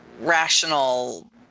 rational